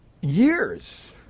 years